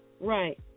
Right